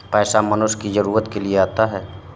पैसा मनुष्य की जरूरत के लिए आता है